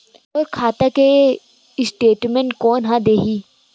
मोर खाता के स्टेटमेंट कोन ह देही?